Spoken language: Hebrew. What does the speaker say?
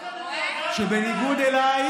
שבניגוד אליי,